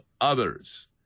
others